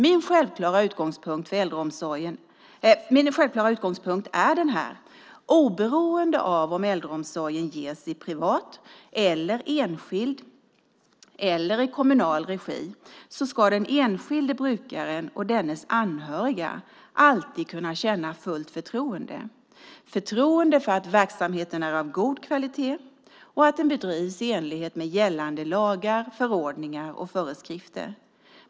Min självklara utgångspunkt är denna: Oberoende av om äldreomsorgen ges i privat eller enskild regi eller i kommunal regi ska den enskilde brukaren och dennes anhöriga alltid kunna känna fullt förtroende för att verksamheten är av god kvalitet och att den bedrivs i enlighet med gällande lagar, förordningar och föreskrifter.